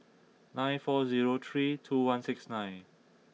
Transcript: nine four zero three two one six nine